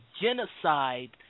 genocide